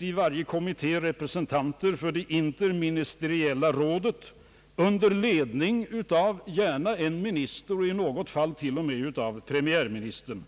I varje kommitté ingår representanter för det interministeriella rådet, och man har arbetsgrupper, gärna under ledning av en minister, i något fall till och med av premiärministern.